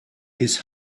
his